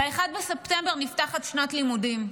ב-1 בספטמבר נפתחת שנת הלימודים.